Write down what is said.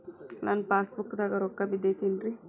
ನನ್ನ ಪಾಸ್ ಪುಸ್ತಕದಾಗ ರೊಕ್ಕ ಬಿದ್ದೈತೇನ್ರಿ?